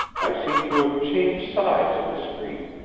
i seemed to have changed sides of the street,